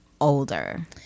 older